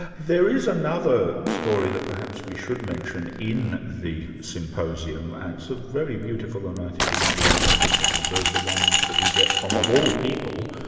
ah there is another story that perhaps we should mention in symposium, and it's a very beautiful and i think a rather romantic one the the one that we get from, of all people,